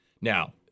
Now